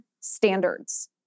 standards